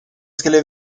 skulle